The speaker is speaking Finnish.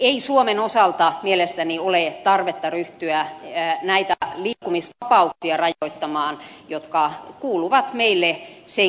ei suomen osalta mielestäni ole tarvetta ryhtyä näitä liikkumisvapauksia rajoittamaan jotka kuuluvat meille schengen maana